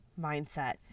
mindset